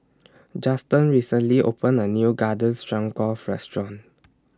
Juston recently opened A New Garden Stroganoff Restaurant